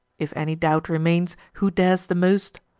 if any doubt remains, who dares the most,